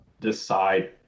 decide